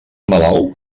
malalt